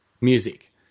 music